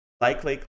likely